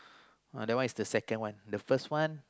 uh that one is the second one the first one